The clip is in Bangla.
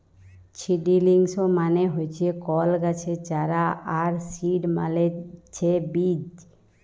ছিডিলিংস মানে হচ্যে কল গাছের চারা আর সিড মালে ছে বীজ